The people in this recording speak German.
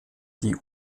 die